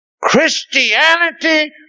Christianity